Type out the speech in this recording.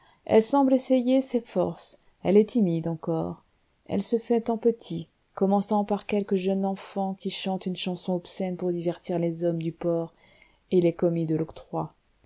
elle semble essayer ses forces elle est timide encore elle se fait en petit commençant par quelque jeune enfant qui chante une chanson obscène pour divertir les hommes du port et les commis de l'octroi